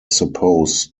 suppose